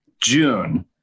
June